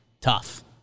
tough